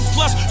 Plus